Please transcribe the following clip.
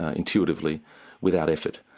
ah intuitively without effort.